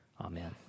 Amen